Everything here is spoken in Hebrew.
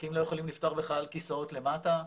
העסקים לא יכולים לפתוח בכלל כסאות למטה,